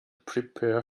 prepare